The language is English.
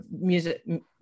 music